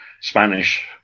Spanish